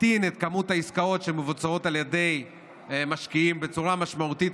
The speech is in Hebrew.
תקטין את מספר העסקאות שמבוצעות על ידי משקיעים בצורה משמעותית,